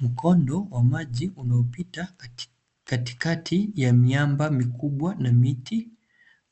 Mkondo wa maji unaopita katikati ya miamba mikubwa na miti.